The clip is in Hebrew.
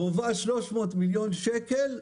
גובה 300 מיליון שקל,